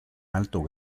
alto